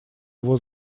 его